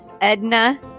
Edna